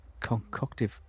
concoctive